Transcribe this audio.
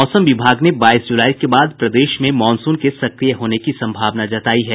मौसम विभाग ने बाईस जुलाई के बाद प्रदेश में मानसून के सक्रिय होने की संभावना जतायी है